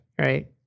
Right